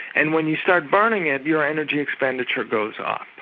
and when you start burning it your energy expenditure goes up.